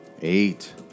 Eight